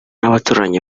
abaturanyi